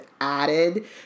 added